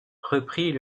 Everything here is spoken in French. reprit